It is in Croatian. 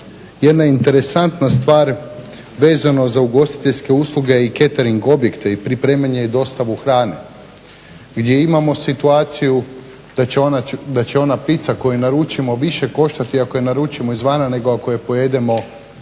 jedna interesantna stvar vezano za ugostiteljske usluge i catering objekte i pripremanje i dostavu hrane. Gdje imamo situaciju da će ona pizza koju naručimo više koštati ako je naručimo više koštati ako je naručimo